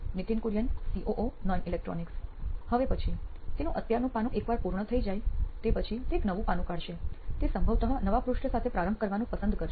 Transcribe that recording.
Nithin Kurian COO નોઇન electronics હવે પછી તેનું અત્યારનું પાનું એકવાર પૂર્ણ થઈ જાય તે પછી તે એક નવું પાનું કાઢશે તે સંભવતઃ નવા પૃષ્ઠ સાથે પ્રારંભ કરવાનું પસંદ કરશે